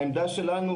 העמדה שלנו,